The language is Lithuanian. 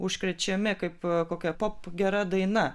užkrečiami kaip kokia pop gera daina